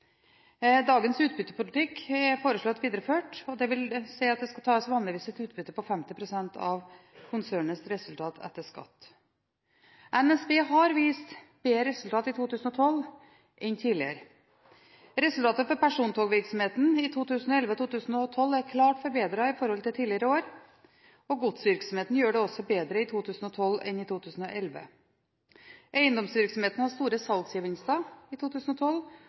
Dagens utbyttepolitikk er foreslått videreført, dvs. at det vanligvis skal tas et utbytte på 50 pst. av konsernets resultat etter skatt. NSB har vist bedre resultat i 2012 enn tidligere. Resultatet for persontogvirksomheten i 2011 og 2012 er klart forbedret sammenlignet med tidligere år, og godsvirksomheten gjør det også bedre i 2012 enn i 2011. Eiendomsvirksomheten har store salgsgevinster i 2012.